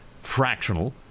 Fractional